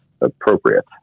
appropriate